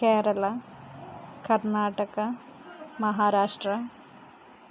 Kerala Karnataka Maharashtra